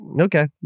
Okay